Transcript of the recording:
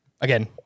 Again